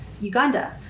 Uganda